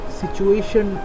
situation